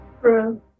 True